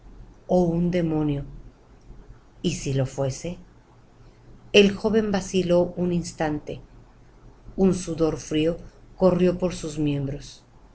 o un demonio y si lo fuese el joven vaciló un instante un sudor frío corrió por sus miembros